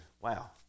Wow